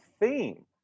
theme